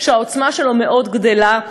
שהעוצמה שלו מאוד גדלה,